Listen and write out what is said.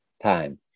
time